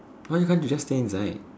why can't you just stay inside